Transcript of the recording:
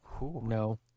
No